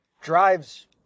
drives